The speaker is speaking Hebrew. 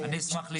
אשמח להסביר.